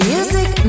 Music